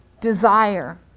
desire